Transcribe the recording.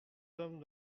sommes